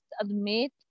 admit